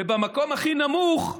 במקום הכי נמוך,